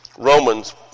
Romans